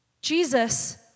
Jesus